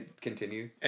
continue